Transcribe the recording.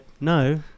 no